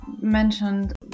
mentioned